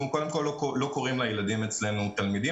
אנחנו לא קוראים לילדים תלמידים,